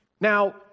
Now